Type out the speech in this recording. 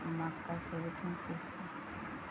मक्का के उतम किस्म?